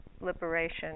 liberation